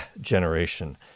generation